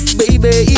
baby